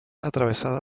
atravesada